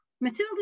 Matilda